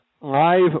live